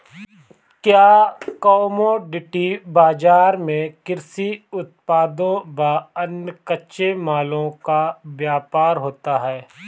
क्या कमोडिटी बाजार में कृषि उत्पादों व अन्य कच्चे मालों का व्यापार होता है?